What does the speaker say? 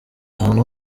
ahantu